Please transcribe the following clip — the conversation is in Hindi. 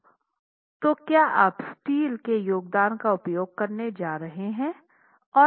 तो क्या आप स्टील के योगदान का उपयोग करने जा रहे हैं